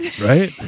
right